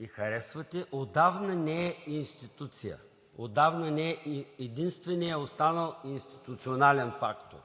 и харесвате, отдавна не е институция, отдавна не е единственият останал институционален фактор.